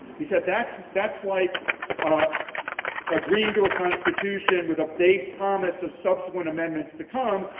he said, that's that's like ah agreeing to a constitution with a vague promise of subsequent amendments to come.